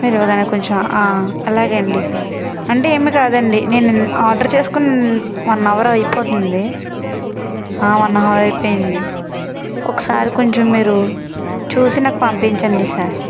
ఏదో విధంగా కొంచెం అలాగే అండి అంటే ఏమి కాదండి నేను ఆర్డర్ చేసుకొనివన్ అవర్ అయిపోతుంది వన్ అవర్ అయిపోయింది ఒకసారి కొంచెం మీరు చూసి నాకు పంపించండి సార్